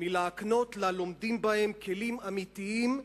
מלהקנות ללומדים בהם כלים אמיתיים,